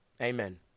Amen